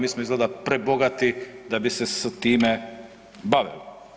Mi smo izgleda prebogati da bi se sa time bavili.